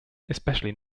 especially